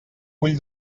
vull